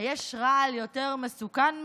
היש רעל יותר מסוכן מזה,